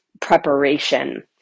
preparation